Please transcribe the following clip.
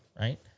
Right